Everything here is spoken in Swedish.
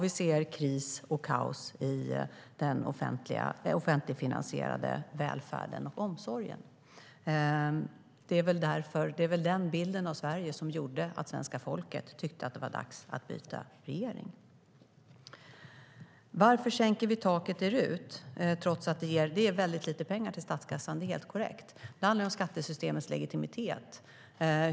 Vi ser kris och kaos i den offentligt finansierade välfärden och omsorgen. Det var väl den bilden av Sverige som gjorde att svenska folket tyckte att det var dags att byta regering. Varför sänker vi taket i RUT? Det ger väldigt lite pengar till statskassan; det är helt korrekt. Men det handlar om skattesystemets legitimitet.